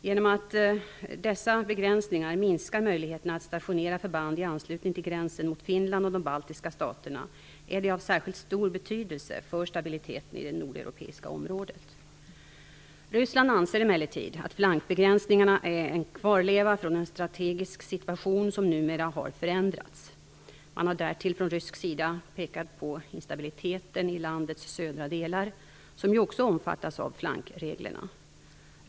Genom att dessa begränsningar minskar möjligheterna att stationera förband i anslutning till gränsen mot Finland och de baltiska staterna är de av särskilt stor betydelse för stabiliteten i det nordeuropeiska området. Ryssland anser emellertid att flankbegränsningarna är en kvarleva från en strategisk situation, som numera har förändrats. Man har därtill från rysk sida pekat på instabiliteten i landets södra delar, som ju också omfattas av flankreglerna.